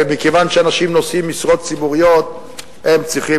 ומכיוון שאנשים נושאים משרות ציבוריות הם צריכים,